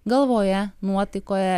galvoje nuotaikoje